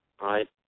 right